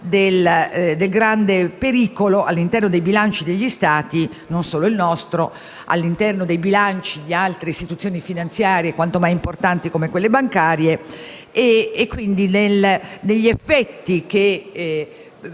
del grande pericolo all'interno dei bilanci degli Stati (non solo il nostro) e di altre istituzioni finanziarie quanto mai importanti come quelle bancarie e quindi degli effetti non